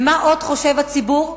ומה עוד חושב הציבור?